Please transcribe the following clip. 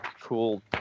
cool